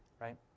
right